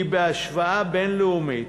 חשוב לציין כי בהשוואה בין-לאומית,